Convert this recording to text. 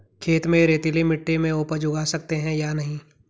खेत में रेतीली मिटी में उपज उगा सकते हैं या नहीं?